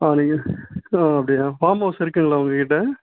onion ஆ அப்படியா farm house இருக்குதுங்களா உங்கள் கிட்டே